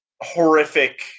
horrific